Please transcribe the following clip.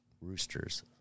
roosters